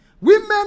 Women